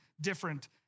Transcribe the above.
different